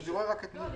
לא,